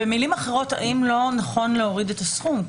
במילים אחרות, האם לא נכון להוריד את הסכום?